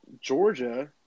Georgia